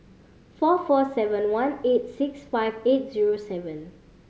four four seven one eight six five eight zero seven